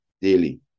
daily